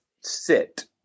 sit